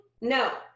no